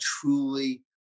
truly